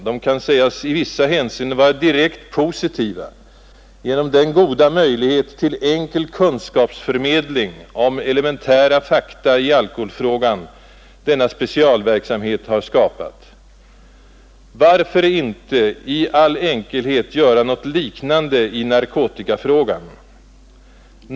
De kan sägas i vissa hänseenden vara direkt positiva genom den goda möjlighet till enkel kunskapsförmedling om elementära fakta i alkoholfrågan som denna verksamhet har skapat. Varför inte i all enkelhet göra något liknande i narkotikafrågan?